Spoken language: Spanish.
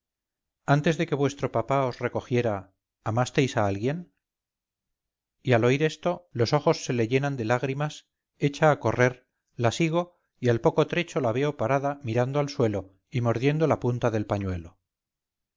antes de que vuestro papa os recogiera amasteis a alguien y al oír esto los ojos se le llenan de lágrimas echa a correr la sigo y al poco trecho la veo parada mirando al suelo y mordiendo la punta del pañuelo